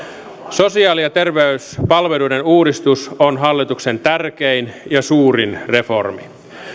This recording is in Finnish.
sosiaali ja terveyspalveluiden uudistus on hallituksen tärkein ja suurin reformi